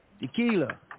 Tequila